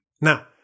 Now